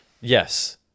Yes